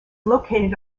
located